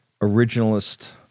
originalist